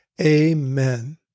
Amen